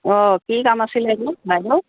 অঁ কি কাম আছিলে এই বাইদেউ